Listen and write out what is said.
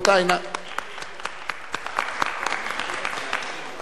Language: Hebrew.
(מחיאות כפיים)